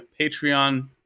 Patreon